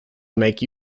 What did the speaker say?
make